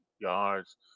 yards